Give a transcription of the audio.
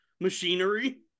machinery